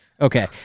Okay